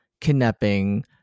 kidnapping